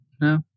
No